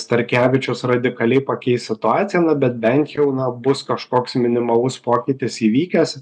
starkevičius radikaliai pakeis situaciją na bet bent jau na bus kažkoks minimalus pokytis įvykęs